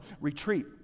retreat